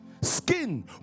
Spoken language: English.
skin